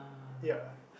ya